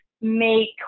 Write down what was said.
make